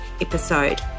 episode